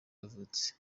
yavutse